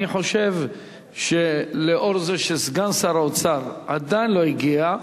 אני חושב שמכיוון שסגן שר האוצר עדיין לא הגיע,